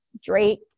drake